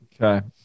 Okay